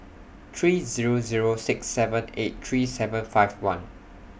three Zero Zero six seven eight three seven five one